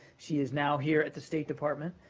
she is now here at the state department